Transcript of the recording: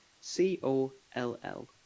C-O-L-L